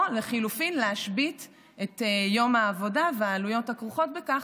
או לחלופין להשבית את יום העבודה והעלויות הכרוכות בכך.